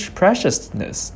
preciousness